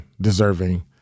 deserving